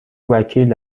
وکیل